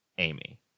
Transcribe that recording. Amy